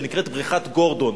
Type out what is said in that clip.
שנקראת בריכת "גורדון".